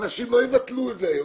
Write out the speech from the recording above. אנשים לא יבטלו את זה היום.